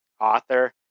author